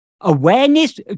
awareness